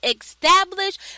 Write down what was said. establish